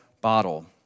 bottle